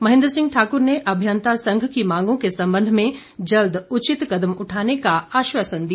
महेंद्र सिंह ठाकुर ने अभियंता संघ की मांगों के संबंध में जल्द उचित कदम उठाने का आश्वासन दिया